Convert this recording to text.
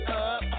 up